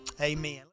Amen